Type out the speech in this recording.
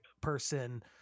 person